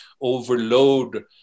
overload